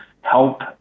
help